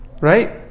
right